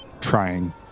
Trying